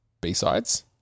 B-sides